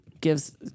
gives